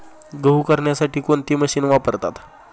गहू करण्यासाठी कोणती मशीन वापरतात?